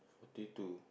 forty two